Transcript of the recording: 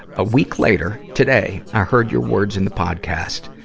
a week later, today, i heard your words in the podcast.